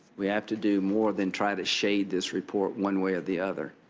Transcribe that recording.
we have to do more than try to shade this report one way or the other.